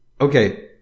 okay